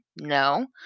no